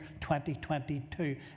2022